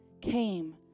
came